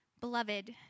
Beloved